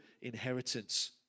inheritance